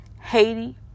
Haiti